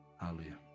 Hallelujah